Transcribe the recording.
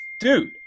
dude